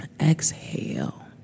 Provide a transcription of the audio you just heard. Exhale